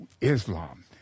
Islam